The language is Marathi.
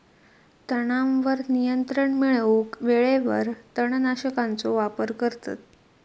तणावर नियंत्रण मिळवूक वेळेवेळेवर तण नाशकांचो वापर करतत